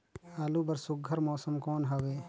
आलू बर सुघ्घर मौसम कौन हवे?